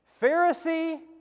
Pharisee